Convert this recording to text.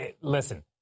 listen